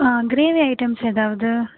gravy items எதாவது